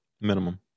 minimum